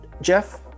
Jeff